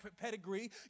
pedigree